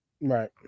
Right